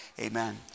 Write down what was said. amen